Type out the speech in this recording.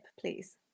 please